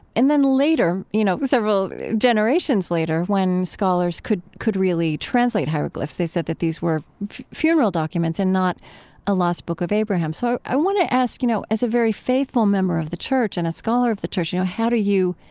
and then later, you know, several generations later, when scholars could, could really translate hieroglyphs, they said that these were funeral documents and not a lost book of abraham. so i want to ask, you know, as a very faithful member of the church and a scholar of the church, you know, how do you,